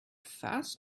fast